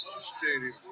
Stadium